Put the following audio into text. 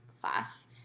class